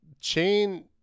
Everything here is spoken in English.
Chain